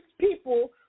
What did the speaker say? people